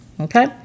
okay